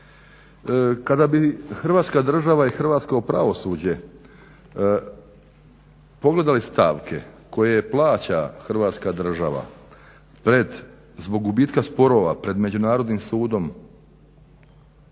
Kada bi Hrvatska država i hrvatsko pravosuđe pogledali stavke koje plaća Hrvatska država zbog gubitka sporova pred međunarodnim sudom,